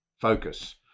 focus